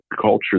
culture